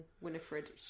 Winifred